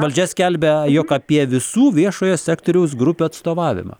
valdžia skelbia jog apie visų viešojo sektoriaus grupių atstovavimą